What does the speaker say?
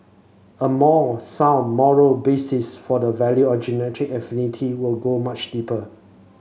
a more sound moral basis for the value or genetic affinity would go much deeper